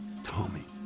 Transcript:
tommy